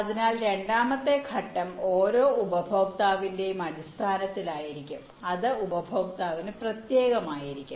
അതിനാൽ രണ്ടാമത്തെ ഘട്ടം ഓരോ ഉപഭോക്താവിന്റെയും അടിസ്ഥാനത്തിലായിരിക്കും അത് ഉപഭോക്താക്കൾക്ക് പ്രത്യേകമായിരിക്കും